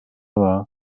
var